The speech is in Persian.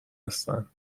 هستند